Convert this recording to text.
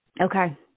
Okay